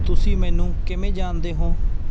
ਤੁਸੀਂ ਮੈਨੂੰ ਕਿਵੇਂ ਜਾਣਦੇ ਹੋ